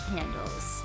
Candles